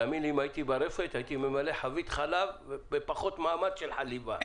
תאמין לי אם הייתי ברפת הייתי ממלא חבית חלב בפחות מאמץ של חליבה.